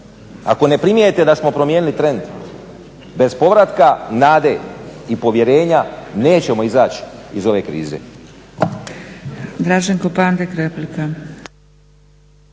ako ne primijete da smo promijenili trend bez povratka, nade i povjerenja nećemo izaći iz ove krize.